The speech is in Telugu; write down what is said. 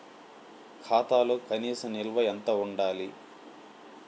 ఖాతాలో కనీస నిల్వ ఎంత ఉండాలి?